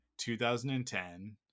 2010